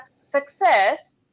success